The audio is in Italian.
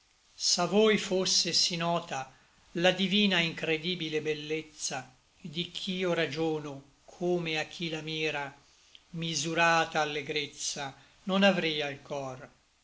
s'a voi fosse sí nota la divina incredibile bellezza di ch'io ragiono come a chi la mira misurata allegrezza non avria l cor